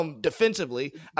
defensively